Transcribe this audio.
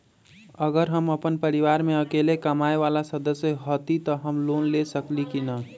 अगर हम अपन परिवार में अकेला कमाये वाला सदस्य हती त हम लोन ले सकेली की न?